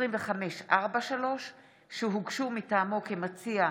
נמחק שמו מהצעות חוק שהיה שותף להן עם